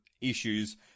issues